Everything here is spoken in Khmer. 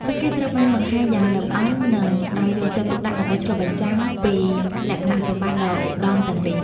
ពួកគេត្រូវបានបង្ហាញយ៉ាងល្អិតល្អន់ និងដោយយកចិត្តទុកដាក់ ដើម្បីឆ្លុះបញ្ចាំងពីលក្ខណៈសម្បត្តិដ៏ឧត្តមទាំងនេះ។